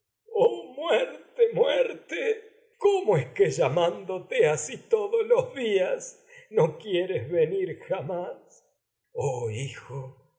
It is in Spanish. muerte muerte cómo es que llamándote oh hijo asi todos los días no quieres venir jamás oh